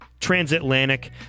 Transatlantic